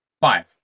Five